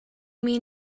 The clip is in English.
mean